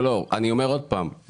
לא, אני אומר עוד פעם.